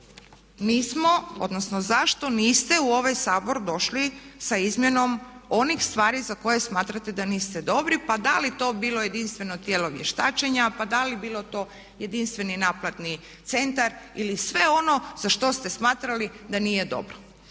nismo, odnosno zašto niste u ovaj Sabor sa izmjenom onih stvari za koje smatrate da niste dobri, pa da li to bilo jedinstveno tijelo vještačenja, pa da li bilo to jedinstveni naplatni centar ili sve ono za što ste smatrali da nije dobro.